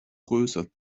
größe